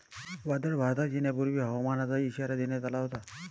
वादळ भारतात येण्यापूर्वी हवामानाचा इशारा देण्यात आला आहे